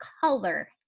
color